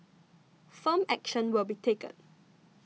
firm action will be taken